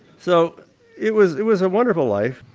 so it was it was a wonderful life,